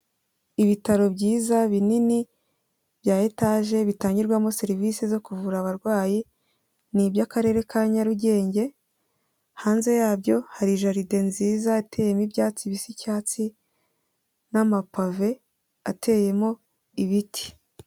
Ibitaro byiza binini bya etaje bitangirwamo serivise zo kuvura abarwayi, ni iby'Akarere ka Nyarugenge, hanze yabyo hari jaride nziza iteyemo ibyatsi bisa icyatsi n'amapave ateyemo ibiti.